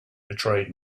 betrayed